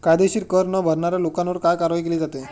कायदेशीर कर न भरणाऱ्या लोकांवर काय कारवाई केली जाते?